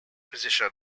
position